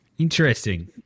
Interesting